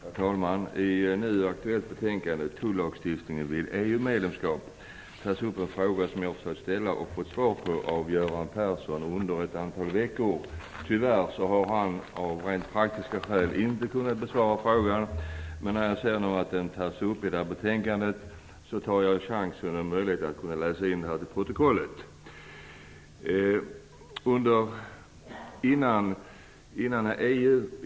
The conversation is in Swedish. Herr talman! I det nu aktuella betänkandet om tullagstiftningen vid EU-medlemskap behandlas en fråga som jag ställde till Göran Persson för ett antal veckor sedan. Tyvärr har denne av rent praktiska skäl inte kunnat besvara frågan, men när jag nu återfinner den i betänkandet tar jag chansen att föra några synpunkter till protokollet.